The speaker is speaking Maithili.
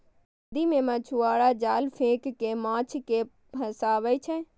नदी मे मछुआरा जाल फेंक कें माछ कें फंसाबै छै